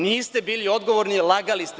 Niste bili odgovorni, lagali ste.